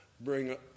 bring